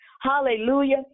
Hallelujah